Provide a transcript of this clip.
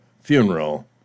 funeral